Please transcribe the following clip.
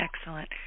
Excellent